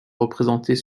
représentés